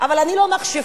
אבל אני לא מכשפה.